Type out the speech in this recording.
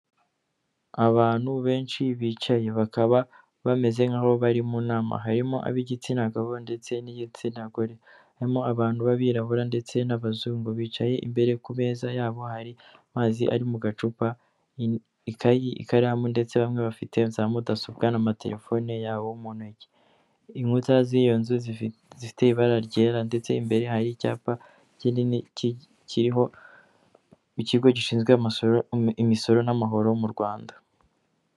abantu benshi bicaye bakaba bameze nk'aho bari mu nama harimo ab'igitsina gabo ndetse n'igitsina gore harimo abantu b'abirabura ndetse n'abazungu bicaye imbere ku meza yabo hari amazi ari mu gacupa, ikayi, ikaramu ndetse bamwe bafite za mudasobwa n'amatelefone yabo mu ntoki inkuta z'iyo nzu zifite ibara ryera ndetse imbere hari icyapa kinini kikiriho ikigo gishinzwe amasoro imisoro n'amahoro mu Rwanda.